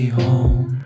home